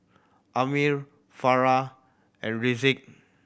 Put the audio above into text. Ammir Farah and Rizqi